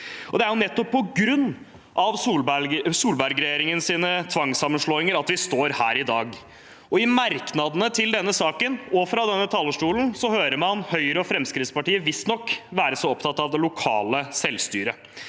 Det er på grunn av Solberg-regjeringens tvangssammenslåinger at vi står her i dag. I merknadene til denne saken og i innleggene fra denne talerstolen hører man Høyre og Fremskrittspartiet visstnok være så opptatt av det lokale selvstyret.